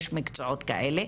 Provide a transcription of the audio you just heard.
יש מקצועות כאלה.